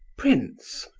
prince,